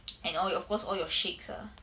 and all of course all your shakes ah